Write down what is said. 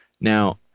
Now